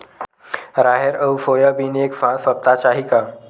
राहेर अउ सोयाबीन एक साथ सप्ता चाही का?